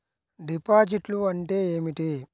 డిపాజిట్లు అంటే ఏమిటి?